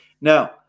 Now